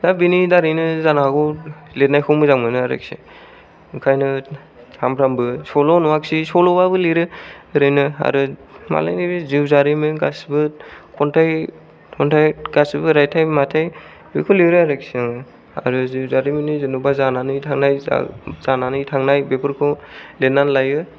दा बेनि दारैनो जानो हागौ लिरनायखौ मोजां मोनो आरोखि ओंखायनो सानफ्रामबो सल' नङाखि सल'बाबो लिरो ओरैनो आरो मालायनि बे जिउ जारिमिन गासैबो खन्थाय खन्थाय गासैबो राइथाय माइथाय बेखौ लिरो आरोखि आङो आरो जिउ जारिमिननि जेनबा जानानै थांनाय जा जानानै थांनाय बेफोरखौ लिरनानै लायो